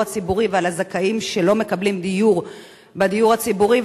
הציבורי ועל הזכאים שלא מקבלים דיור בדיור הציבורי,